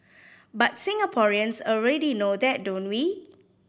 but Singaporeans already know that don't we